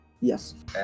Yes